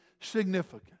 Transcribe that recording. significant